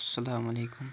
السلامُ علیکُم